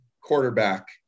quarterback